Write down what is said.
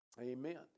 Amen